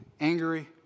angry